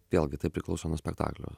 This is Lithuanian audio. vėlgi tai priklauso nuo spektaklio